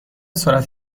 سرعت